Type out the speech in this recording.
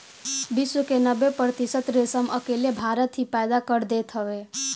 विश्व के नब्बे प्रतिशत रेशम अकेले भारत ही पैदा कर देत हवे